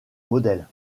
modèle